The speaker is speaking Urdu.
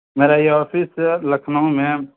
میرا یہ آفس لکھنؤ میں